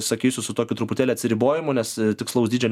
sakysiu su tokiu truputėlį atsiribojimu nes tikslaus dydžio